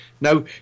Now